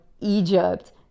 Egypt